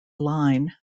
line